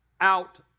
out